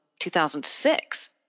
2006